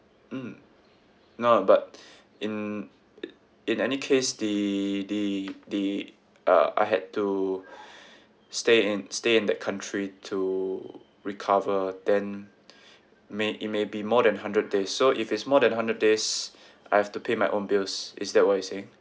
mm no but in in any case the the the uh l had to stay in stay in that country to recover then may it may be more than hundred days so if it's more than hundred days I have to pay my own bills is that what you're saying